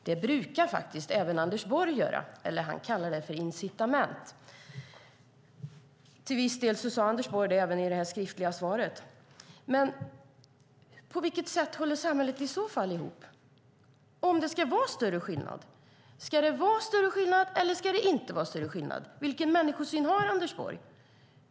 Det brukar faktiskt även Anders Borg göra. Han kallar det för incitament. Till viss del sade Anders Borg det även i det skriftliga svaret på min interpellation. På vilket sätt håller samhället ihop om det ska vara större skillnad? Ska det vara större skillnad, eller ska det inte vara större skillnad? Vilken människosyn har Anders Borg?